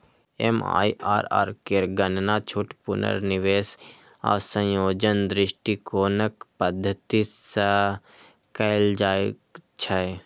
MIRR केर गणना छूट, पुनर्निवेश आ संयोजन दृष्टिकोणक पद्धति सं कैल जाइ छै